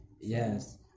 yes